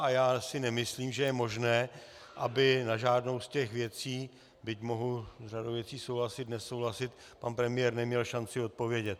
A já si nemyslím, že je možné, aby na žádnou z těch věcí, byť mohu s řadou věcí souhlasit, nesouhlasit, pan premiér neměl šanci odpovědět.